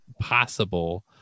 possible